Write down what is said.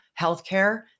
Healthcare